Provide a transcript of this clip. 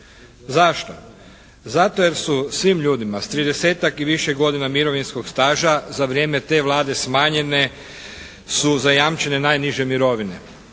Zašto? Zato jer su svim ljudima s 30-tak i više godina mirovinskog staža za vrijeme te Vlade smanjene su zajamčene najniže mirovine.